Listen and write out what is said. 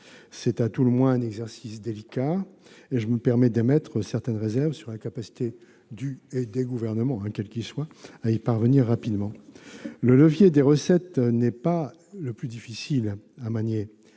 C'est à tout le moins un exercice délicat, et je me permets d'émettre certaines réserves sur la capacité du Gouvernement, et de tout gouvernement quel qu'il soit, à y parvenir rapidement. Le levier des recettes n'est pas le plus difficile à manier.